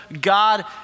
God